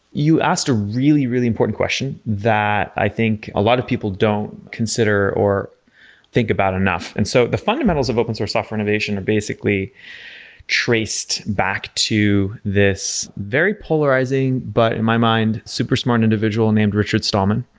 you asked a really, really important question that i think a lot of people don't consider or think about enough. and so, the fundamentals of open source software innovation are basically traced back to this very polarizing, but in my mind, super smart individual named richard stallman.